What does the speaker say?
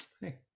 Hey